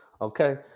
okay